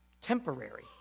temporary